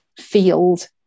field